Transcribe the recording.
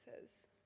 says